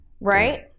Right